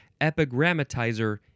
Epigrammatizer